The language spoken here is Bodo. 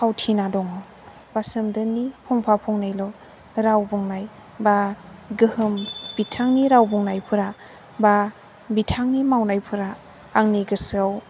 फावथिना दं बा सोमदोननि फंफा फंनैल' राव बुंनाय बा गोहोम बिथांनि राव बुंनायफोरा बा बिथांनि मावनायफोरा आंनि गोसोयाव